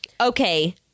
okay